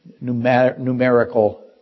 numerical